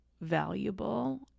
valuable